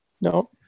No